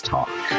Talk